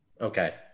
okay